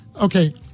okay